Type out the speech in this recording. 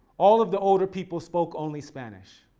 all of the older people spoke only spanish.